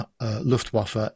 Luftwaffe